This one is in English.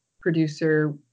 producer